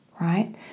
right